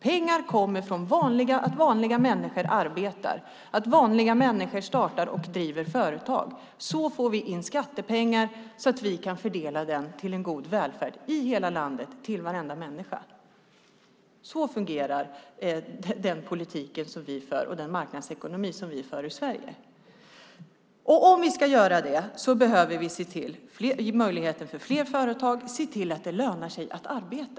Pengar kommer från att vanliga människor arbetar och att vanliga människor startar och driver företag. Så får vi in skattepengar så att vi kan fördela dem till en god välfärd i hela landet till varenda människa. Så fungerar den politik som vi för och den marknadsekonomi som finns i Sverige. Om vi ska få det behöver vi möjligheter för fler företag och se till att det lönar sig att arbeta.